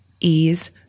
ease